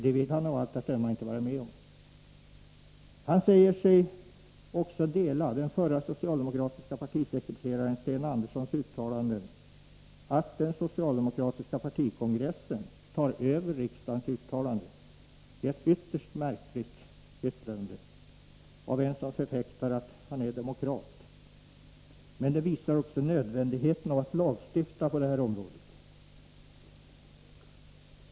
Det vill han av allt att döma inte vara med om. Han säger sig också dela den förre socialdemokratiske partisekreteraren Sten Anderssons uttalanden om att den socialdemokratiska partikongressen tar över riksdagens uttalanden. Det är ett ytterst märkligt yttrande av en som förfäktar att han är demokrat, men det visar också nödvändigheten av lagstiftning på området.